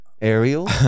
Ariel